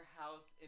house